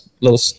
little